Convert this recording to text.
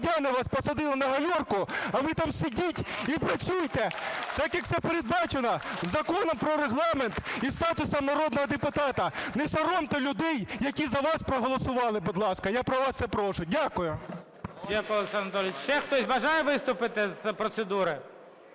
Дякую, Олександре Анатолійовичу. Ще хтось бажає виступити з процедури?